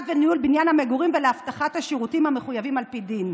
וניהול של בניין המגורים ולהבטחת השירותים המחויבים על פי דין.